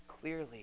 clearly